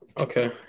Okay